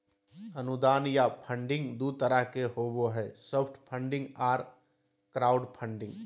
अनुदान या फंडिंग दू तरह के होबो हय सॉफ्ट फंडिंग आर क्राउड फंडिंग